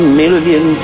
million